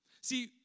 See